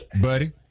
buddy